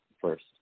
first